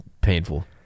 painful